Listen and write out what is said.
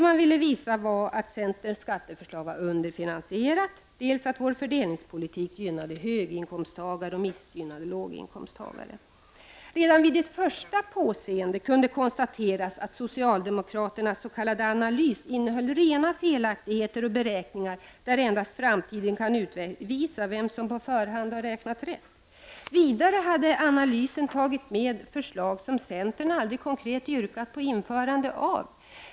Man ville visa dels att centerns skatteförslag var underfinansierat, dels att vår fördelningspolitik gynnade höginkomsttagare och missgynnade låginkomsttagare. Redan vid ett första påseende kunde konstateras att socialdemokraternas s.k. analys innehöll rena felaktigheter och beräkningar, där endast framtiden kan utvisa vem som på förhand har räknat rätt. Vidare hade analysen tagit med förslag som centern aldrig konkret yrkat på införande av.